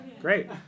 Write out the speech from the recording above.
great